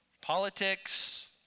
politics